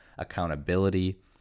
accountability